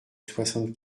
soixante